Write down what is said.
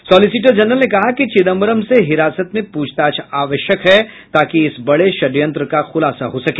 solicitor general ने कहा कि चिदम्बरम से हिरासत में पूछताछ आवश्यक है ताकि इस बड़े षडयंत्र का खुलासा हो सके